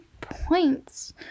points